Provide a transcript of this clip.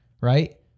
Right